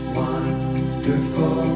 wonderful